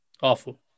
awful